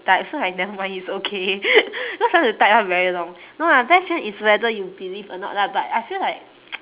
type so like never mind it's okay cause I want to type one very long no lah best friend is whether you believe or not lah but I feel like